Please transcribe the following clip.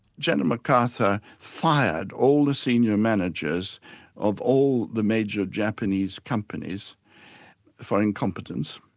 general macarthur fired all the senior managers of all the major japanese companies for incompetence,